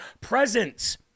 presence